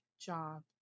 job